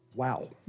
Wow